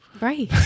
Right